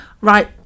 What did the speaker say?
right